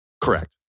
Correct